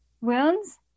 wounds